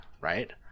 right